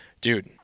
dude